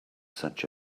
such